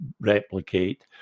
replicate